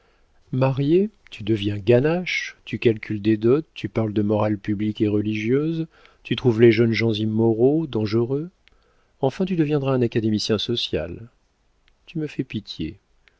marié tu deviens ganache tu calcules des dots tu parles de morale publique et religieuse tu trouves les jeunes gens immoraux dangereux enfin tu deviendras un académicien social tu me fais pitié